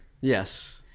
yes